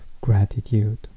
gratitude